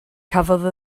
cafodd